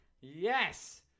Yes